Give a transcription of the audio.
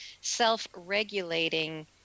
self-regulating